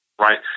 right